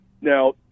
Now